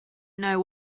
know